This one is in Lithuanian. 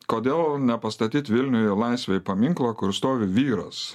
kodėl nepastatyt vilniuj laisvei paminklo kur stovi vyras